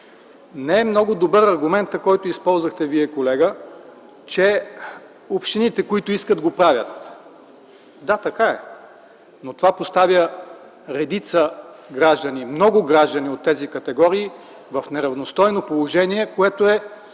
Не е много добър аргументът, който използвахте Вие, колега, че общините, които искат, го правят. Да, така е. Но това поставя много граждани от тези категории в неравностойно положение, което е